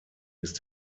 ist